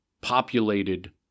populated